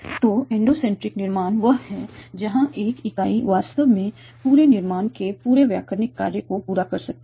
तो एंडोसेंट्रिक निर्माण वह है जहां एक इकाई वास्तव में पूर्ण निर्माण के पूरे व्याकरणिक कार्य को पूरा कर सकती है